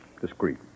discreet